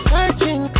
Searching